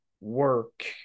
work